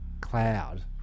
cloud